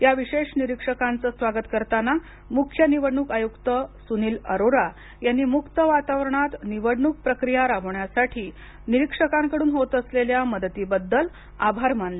या विशेष निरीक्षकांचं स्वागत करताना मुख्य निवडणूक आयुक्त सुनील अरोरा यांनी मुक्त वातावरणात निवडणूक प्रक्रिया राबवण्यासाठी निरीक्षकांकडून होत असलेल्या मदतीबद्दल आभार मानले